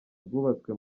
rwubatswe